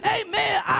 amen